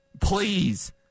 Please